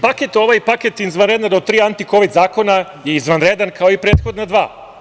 Paket ovaj, paket izvanredan, to tri aktikovid zakona je izvanredan, kao i prethodna dva.